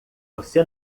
você